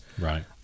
right